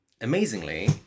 amazingly